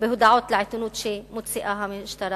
בהודעות לעיתונות שהמשטרה מוציאה,